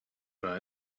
but